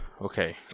Okay